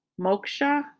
Moksha